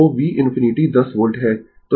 तो v infinity 10 volt है